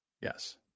yes